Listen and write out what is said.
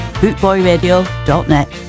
bootboyradio.net